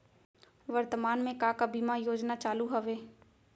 वर्तमान में का का बीमा योजना चालू हवये